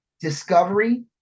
Discovery